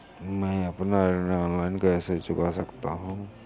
मैं अपना ऋण ऑनलाइन कैसे चुका सकता हूँ?